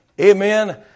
amen